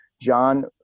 John –